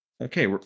Okay